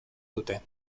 dute